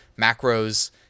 macros